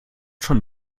schon